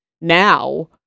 now